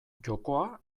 jokoa